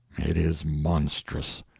it is monstrous.